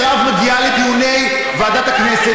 וגם כשמרב מגיעה לדיוני ועדת הכנסת